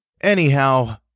anyhow